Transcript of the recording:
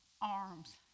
arms